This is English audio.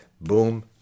boom